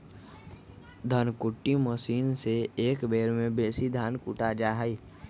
धन कुट्टी मशीन से एक बेर में बेशी धान कुटा जा हइ